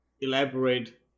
elaborate